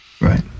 Right